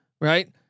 right